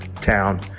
town